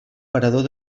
parador